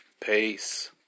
Peace